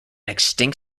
extinct